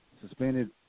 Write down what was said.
suspended